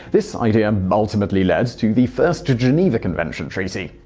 this idea um ultimately led to the first geneva convention treaty.